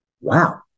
wow